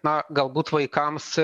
na galbūt vaikams